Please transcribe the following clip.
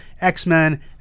X-Men